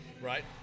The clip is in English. Right